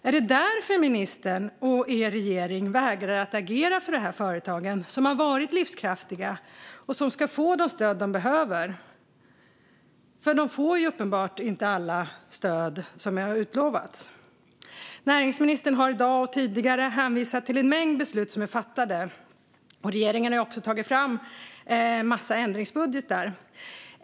Är det därför ministern och regeringen vägrar agera för att dessa företag, som har varit livskraftiga, ska få de stöd de behöver? De får ju uppenbart inte alla stöd som är utlovade. Näringsministern har i dag och tidigare hänvisat till en mängd beslut som är fattade, och regeringen har också tagit fram en massa ändringsbudgetar.